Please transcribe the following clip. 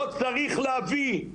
לא צריך להבין,